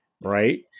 right